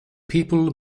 people